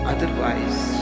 Otherwise